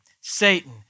Satan